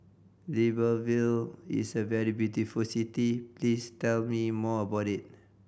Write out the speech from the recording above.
Libreville is a very beautiful city please tell me more about it